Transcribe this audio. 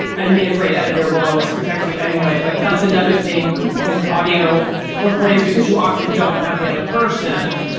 i mean, a great editor will always protect you anyway. but that's another thing with audio recordings because you often don't have the other person.